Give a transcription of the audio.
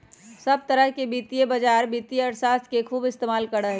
सब तरह के वित्तीय बाजार वित्तीय अर्थशास्त्र के खूब इस्तेमाल करा हई